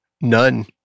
None